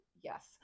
yes